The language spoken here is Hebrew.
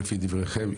לפי דבריכם,